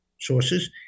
sources